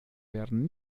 werden